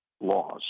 laws